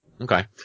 Okay